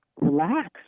relax